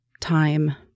time